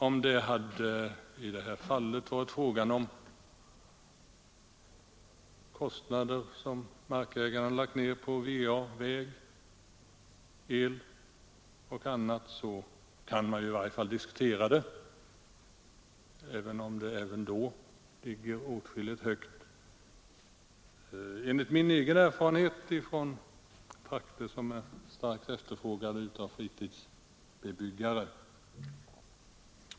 Om det nu hade varit fråga om kostnader som markägaren lagt ned på vatten och avlopp, väg, el och annat kunde höjningen i varje fall diskuteras, även om beloppet även då ligger åtskilligt högt enligt min egen erfarenhet från trakter som är starkt efterfrågade av fritidsbebyggare.